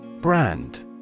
Brand